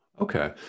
Okay